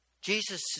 Jesus